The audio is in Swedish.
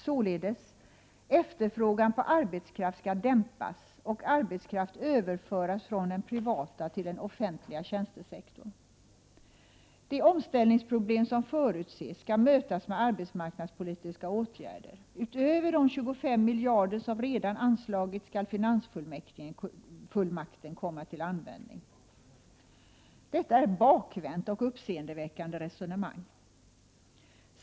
Således skall efterfrågan på arbetskraft dämpas och arbetskraft överföras från den privata till den offentliga tjänstesektorn. De omställningsproblem som förutses skall mötas med arbetsmarknadspolitiska åtgärder. Utöver de 25 miljarder som redan har anslagits, skall finansfullmakten komma till användning. Detta är ett bakvänt och uppseendeväckande resonemang.